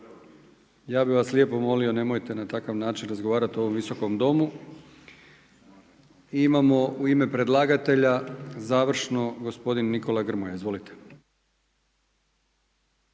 ja bih vas lijepo molio nemojte na takav način razgovarati u ovom visokom domu. I imamo u ime predlagatelja završno gospodin Nikola Grmoja. Izvolite.